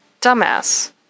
Dumbass